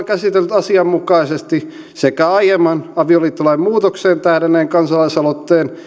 käsitellyt asianmukaisesti sekä aiemman avioliittolain muutokseen tähdänneen kansalaisaloitteen